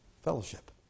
Fellowship